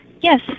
Yes